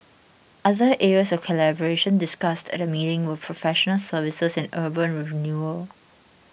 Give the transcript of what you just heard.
other areas of collaboration discussed at the meeting were professional services and urban renewal